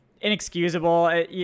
inexcusable